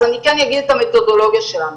אז אני כן אגיד את המתודולוגיה שלנו.